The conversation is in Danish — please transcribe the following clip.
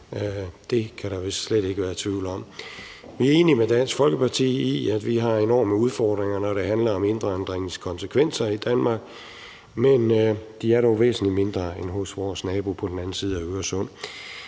Det kan der vist slet ikke være tvivl om. Vi er enige med Dansk Folkeparti i, at vi har enorme udfordringer, når det handler om indvandringens konsekvenser i Danmark, men de er dog væsentlig mindre end hos vores nabo på den anden side af Øresund.